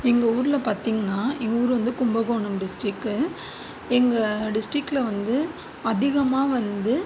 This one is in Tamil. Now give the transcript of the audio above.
எங்கள் ஊரில் பார்த்தீங்கனா எங்கள் ஊர் வந்து கும்பகோணம் டிஸ்ட்ரிக் எங்கள் டிஸ்ட்ரிக்கில் வந்து அதிகமாக வந்து